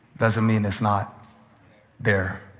doesn't mean it's not there.